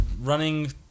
running